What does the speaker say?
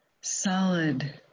solid